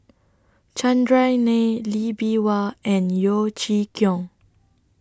Chandran Nair Lee Bee Wah and Yeo Chee Kiong